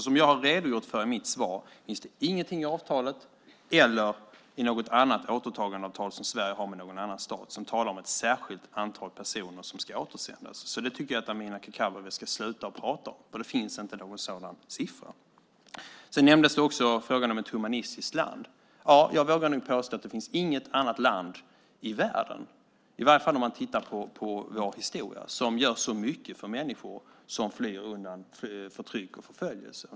Som jag har redogjort för i mitt svar finns det ingenting i avtalet eller i något annat återtagandeavtal som Sverige har med någon annan stat som talar om ett särskilt antal personer som ska återsändas. Det tycker jag att Amineh Kakabaveh ska sluta prata om. Det finns inte någon sådan siffra. Också frågan om Sverige som humanistiskt land nämndes. Jag vågar nog påstå att det inte finns något annat land i världen, i varje fall om man tittar på vår historia, som gör så mycket för människor som flyr undan förtryck och förföljelse.